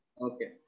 Okay